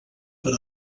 per